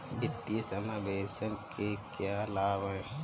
वित्तीय समावेशन के क्या लाभ हैं?